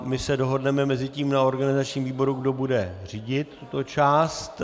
My se dohodneme mezitím na organizačním výboru, kdo bude řídit tuto část.